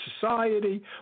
society